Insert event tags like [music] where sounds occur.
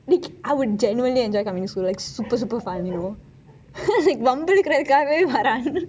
like I would genuinely enjoy coming to school like super super fun you know like வம்புளக்ககாகவே வரான்:vambulakkakavai varaan [laughs]